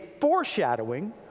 foreshadowing